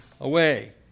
away